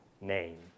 name